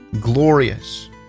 glorious